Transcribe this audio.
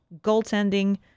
goaltending